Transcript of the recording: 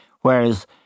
Whereas